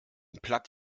platt